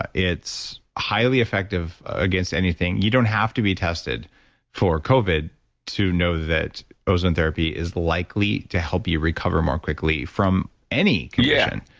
ah it's highly effective against anything. you don't have to be tested for covid to know that ozone therapy is likely to help you recover more quickly from any yeah and